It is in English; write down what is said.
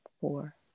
four